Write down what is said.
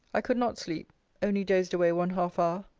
i could not sleep only dozed away one half-hour.